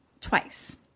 twice